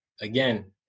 again